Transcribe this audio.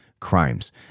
crimes